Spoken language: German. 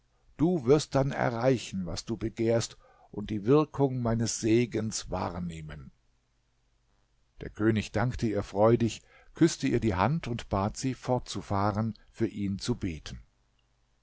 du wirst dann erreichen was du begehrst und die wirkung meines segens wahrnehmen der könig dankte ihr freudig küßte ihr die hand und bat sie fortzufahren für ihn zu beten